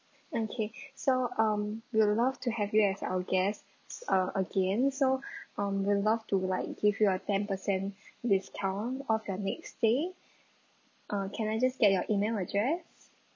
okay so um we'd love to have you as our guests uh again so um we would love to like give you a ten percent discount off your next stay uh can I just get your email address